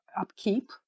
upkeep